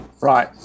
Right